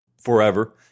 forever